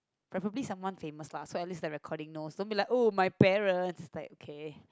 preferably someone famous lah so at least the recording know don't be like oh my parents like okay